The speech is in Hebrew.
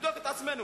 לבדוק את עצמנו.